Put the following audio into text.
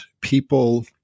people